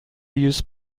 use